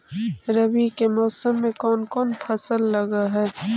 रवि के मौसम में कोन कोन फसल लग है?